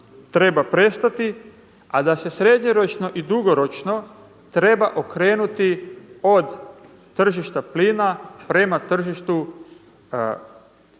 a da se srednjoročno i dugoročno treba okrenuti od tržišta plina prema tržištu